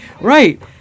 right